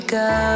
go